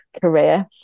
career